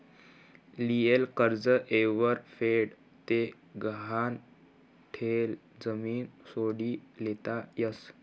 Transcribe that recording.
लियेल कर्ज येयवर फेड ते गहाण ठियेल जमीन सोडी लेता यस